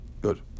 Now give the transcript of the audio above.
good